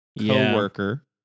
co-worker